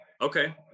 okay